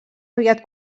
aviat